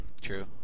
True